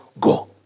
go